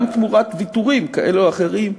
גם תמורת ויתורים כאלה ואחרים.